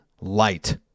light